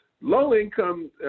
Low-income